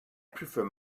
prefer